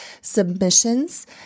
submissions